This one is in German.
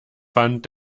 fand